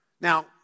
Now